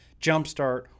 Jumpstart